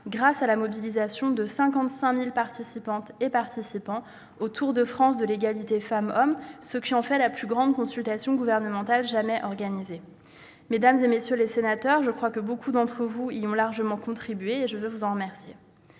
grâce à la mobilisation des 55 000 participantes et participants au tour de France de l'égalité femmes-hommes, ce qui en fait la plus grande consultation gouvernementale jamais organisée. Mesdames, messieurs les sénateurs, beaucoup d'entre vous y ont largement contribué, et je veux vous en remercier.